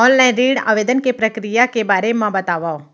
Online ऋण आवेदन के प्रक्रिया के बारे म बतावव?